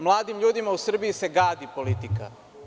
Mladim ljudima u Srbiji se gadi politika.